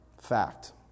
fact